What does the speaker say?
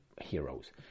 heroes